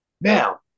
Now